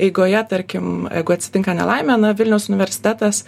eigoje tarkim jeigu atsitinka nelaimė na vilniaus universitetas